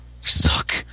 Suck